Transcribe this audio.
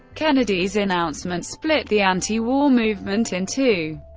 kennedy's announcement split the anti-war movement in two.